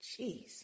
Jeez